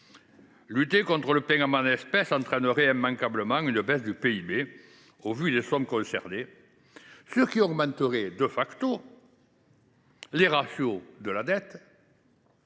Lutter contre le paiement en espèces entraînerait immanquablement une baisse du PIB au vu des sommes concernées, ce qui augmenterait les ratios de la dette